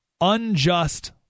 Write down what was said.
unjust